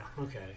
okay